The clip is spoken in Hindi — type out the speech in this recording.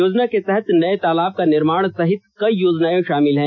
योजना के तहत नये तालाब का निर्मोण सहित कई योजनाएं शामिल हैं